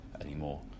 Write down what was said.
anymore